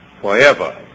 forever